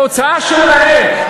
מההוצאה שלהם,